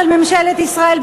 של ממשלת ישראל,